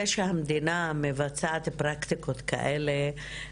זה שהמדינה מבצעת פרקטיקות כאלה,